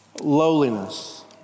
lowliness